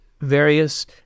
various